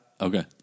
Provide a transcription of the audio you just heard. Okay